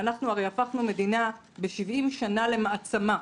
ואנחנו הרי הפכנו מדינה ב-70 שנה למעצמה,